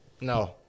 No